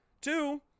two